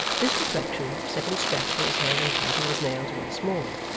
this reflection set him scratching his head and biting his nails once more.